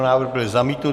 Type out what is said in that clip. Návrh byl zamítnut.